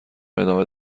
ادامه